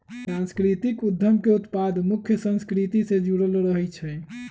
सांस्कृतिक उद्यम के उत्पाद मुख्य संस्कृति से जुड़ल रहइ छै